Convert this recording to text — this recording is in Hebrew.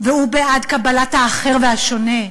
והוא בעד קבלת האחר והשונה.